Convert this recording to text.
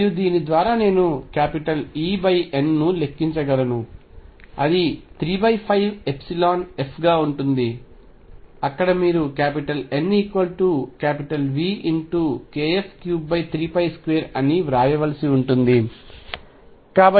మరియు దీని ద్వారా నేను EN ను లెక్కించగలను అది 35F గా ఉంటుంది అక్కడ మీరు NV×kF332 అని వ్రాయవలసి ఉంటుంది